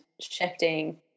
shifting